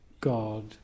God